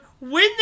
win